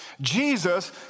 Jesus